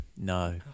no